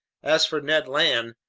as for ned land,